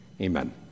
Amen